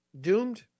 doomed